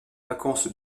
vacances